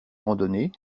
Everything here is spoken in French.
randonnée